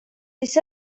siis